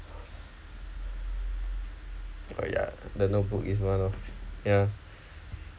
oh ya the notebook is one of ya